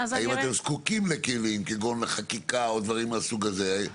האם אתם זקוקים לכלים כגון חקיקה או דברים מהסוג הזה?